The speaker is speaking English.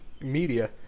media